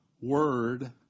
word